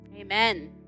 Amen